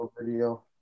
video